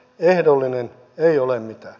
ehdollinen ei ole mitään